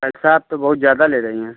पैसा आप तो बहुत ज़्यादा ले रही हैं